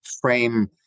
frame